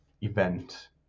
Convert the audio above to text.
event